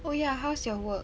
oh yeah how's your work